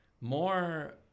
more